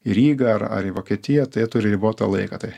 į rygą ar ar į vokietiją tai jie turi ribotą laiką tai